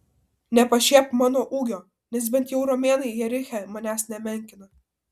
nepašiepk mano ūgio nes bent jau romėnai jeriche manęs nemenkina